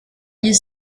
you